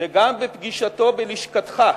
וגם בפגישתו בלשכתך,